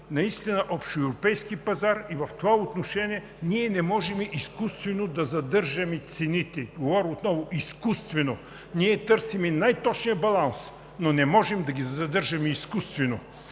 към общоевропейски пазар и в това отношение не можем изкуствено да задържаме цените – говоря отново, изкуствено. Ние търсим най-точния баланс, но не можем да ги задържаме изкуствено.